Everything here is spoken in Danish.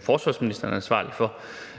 forsvarsministeren ansvarlig for,